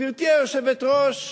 גברתי היושבת-ראש,